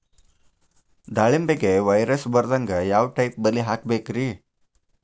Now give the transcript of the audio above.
ದಾಳಿಂಬೆಗೆ ವೈರಸ್ ಬರದಂಗ ಯಾವ್ ಟೈಪ್ ಬಲಿ ಹಾಕಬೇಕ್ರಿ?